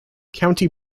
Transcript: county